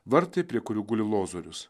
vartai prie kurių guli lozorius